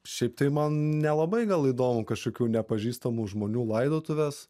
šiaip tai man nelabai gal įdomu kažkokių nepažįstamų žmonių laidotuvės